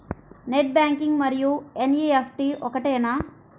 Net banking మరియు NEFT ఒకటేనా?